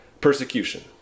persecution